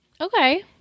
Okay